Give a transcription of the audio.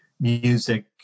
music